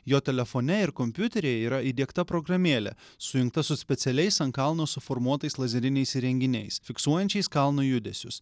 jo telefone ir kompiuteryje yra įdiegta programėlė sujungta su specialiais ant kalno suformuotais lazeriniais įrenginiais fiksuojančiais kalno judesius